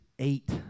eight